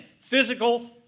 Physical